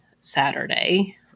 Saturday